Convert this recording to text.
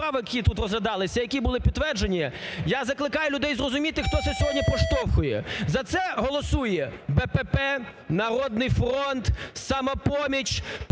які тут розглядалися, які були підтверджені, я закликаю людей зрозуміти, хто це сьогодні проштовхує. За це голосує: БПП, "Народний фронт", "Самопоміч",